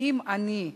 לקריאה ראשונה.